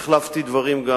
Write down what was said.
החלפתי דברים גם,